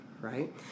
right